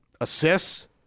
Assists